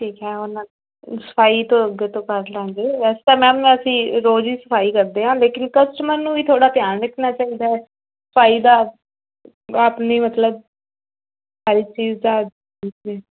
ਠੀਕ ਹੈ ਉਨ੍ਹਾਂ ਸਫ਼ਾਈ ਤੋ ਅੱਗੇ ਤੋਂ ਕਰ ਲਵਾਂਗੇ ਵੈਸੇ ਤਾਂ ਮੈਮ ਅਸੀਂ ਰੋਜ ਹੀ ਸਫ਼ਾਈ ਕਰਦੇ ਹਾਂ ਲੇਕਿਨ ਕਸਟਮਰ ਨੂੰ ਵੀ ਥੋੜ੍ਹਾ ਧਿਆਨ ਰੱਖਣਾ ਚਾਹੀਦਾ ਸਫ਼ਾਈ ਦਾ ਆਪਣੇ ਮਤਲਬ ਹਰ ਚੀਜ਼ ਦਾ ਹਾਂਜੀ